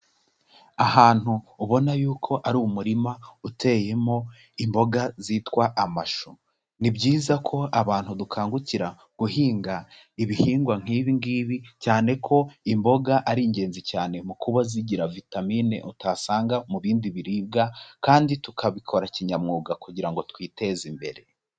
Ahantu ubona yuko ari umurima uteyemo imboga zitwa amashu. Ni byiza ko abantu dukangukira guhinga ibihingwa nk'ibi ngibi cyane ko imboga ari ingenzi cyane mu kuba zigira vitamine utasanga mu bindi biribwa kandi tukabikora kinyamwuga kugira ngo twiteze imbere.